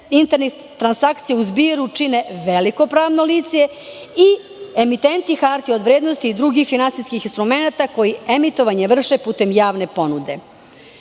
internih transakcija u zbiru čine veliko pravno lice i emitenti hartija od vrednosti i drugih finansijskih instrumenata koji emitovanje vrše putem javne ponude. Velikim